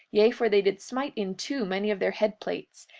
yea, for they did smite in two many of their head-plates,